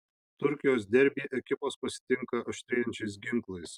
turkijos derbį ekipos pasitinka aštrėjančiais ginklais